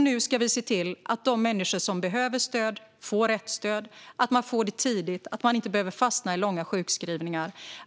Nu ska vi se till att de människor som behöver stöd får rätt stöd, att de får det tidigt och att de inte behöver fastna i långa sjukskrivningar.